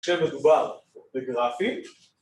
‫שמדובר בגרפים